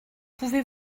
pouvez